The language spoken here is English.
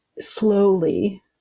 slowly